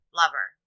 lover